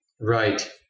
Right